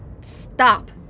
stop